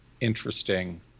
interesting